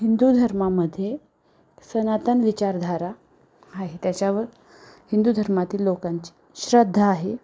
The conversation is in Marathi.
हिंदू धर्मामध्ये सनातन विचारधारा आहे त्याच्यावर हिंदू धर्मातील लोकांची श्रद्धा आहे